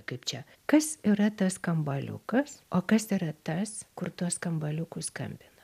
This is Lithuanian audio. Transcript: kaip čia kas yra tas skambaliukas o kas yra tas kur tuo skambaliuku skambina